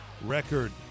record